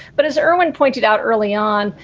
but as erwin pointed out early on,